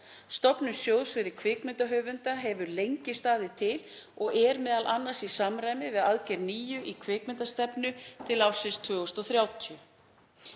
Stofnun sjóðs fyrir kvikmyndahöfunda hefur lengi staðið til og er m.a. í samræmi við aðgerð 9 í kvikmyndastefnu til ársins 2030.